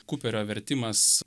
kuperio vertimas